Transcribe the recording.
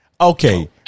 Okay